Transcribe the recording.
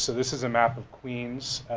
so this is a map of queens